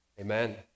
amen